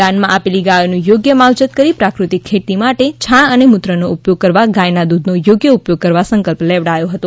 દાનમાં આપેલી ગાયોનું યોગ્ય માવજત કરી પ્રાકૃતિક ખેતી માટે છાણ અને મૂત્રનો ઉપયોગ કરવા ગાયના દૂધનો યોગ્ય ઉપયોગ કરવા સંકલ્પ લેવડાવ્યો હતો